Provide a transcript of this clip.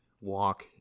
walk